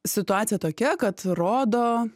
situacija tokia kad rodo